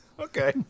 Okay